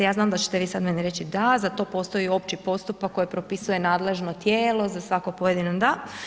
Ja znam da ćete vi sada meni reći da, za to postoji opći postupak koji propisuje nadležno tijelo za svako pojedino da.